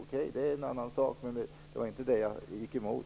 Men det är en annan sak, och det var inte det jag gick emot.